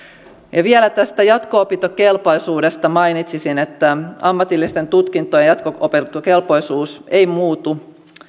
vielä tästä jatko opintokelpoisuudesta mainitsisin että ammatillisten tutkintojen jatko opintokelpoisuus ei muutu